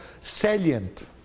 salient